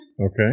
Okay